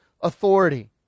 authority